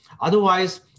Otherwise